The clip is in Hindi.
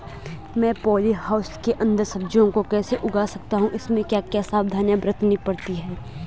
मैं पॉली हाउस के अन्दर सब्जियों को कैसे उगा सकता हूँ इसमें क्या क्या सावधानियाँ बरतनी पड़ती है?